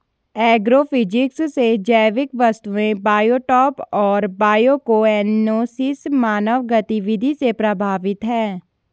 agrophysics से जैविक वस्तुएं बायोटॉप और बायोकोएनोसिस मानव गतिविधि से प्रभावित हैं